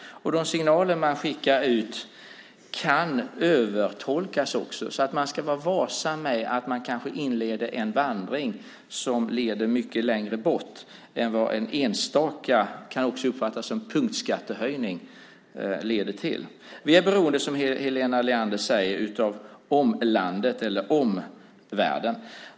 De signaler man skickar ut kan också övertolkas. Man ska vara varsam med att inleda en vandring som leder mycket längre bort än vad en enstaka höjning - som också kan uppfattas som en punktskattehöjning - leder till. Som Helena Leander säger är vi beroende av omvärlden.